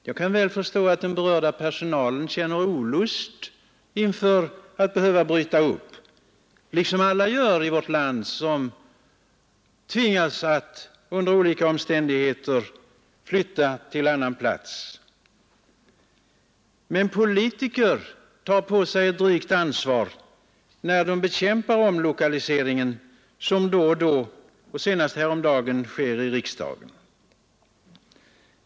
Jag kan väl förstå att den berörda personalen känner olust inför att behöva bryta upp — liksom alla gör i vårt land som tvingas att under olika omständigheter flytta till annan plats — men politiker tar på sig ett drygt ansvar när de bekämpar omlokaliseringen, vilket då och då och senast häromdagen skett i riksdagen.